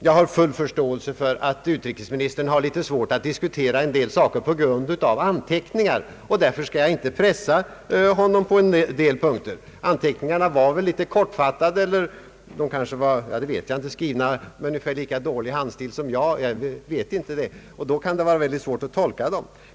Jag har full förståelse för att utrikesministern har litet svårt att diskutera en del frågor med ledning av anteckningar. Därför skall jag på vissa punkter inte pressa honom. Anteckningarna var kanske litet kortfattade eller skrivna med en ungefär lika dålig handstil som min. Jag vet inte om det är så, men i så fall kan det vara mycket svårt att tolka dem.